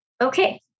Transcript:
Okay